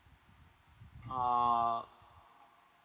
ah